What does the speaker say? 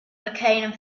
became